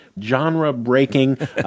genre-breaking